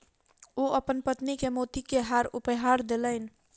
ओ अपन पत्नी के मोती के हार उपहार देलैन